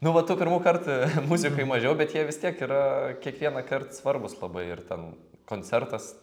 nu va tų pirmų kartų muzikoj mažiau bet jie vis tiek yra kiekvienąkart svarbūs labai ir ten koncertas